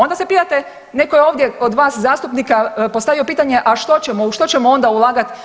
Onda se pitate , netko je ovdje od vas zastupnika postavio pitanje a što ćemo, u što ćemo onda ulagati.